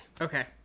Okay